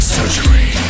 Surgery